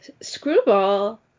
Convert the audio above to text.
Screwball